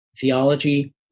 theology